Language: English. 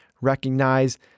recognize